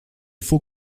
faut